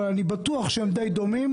אבל אני בטוח שהם די דומים,